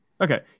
Okay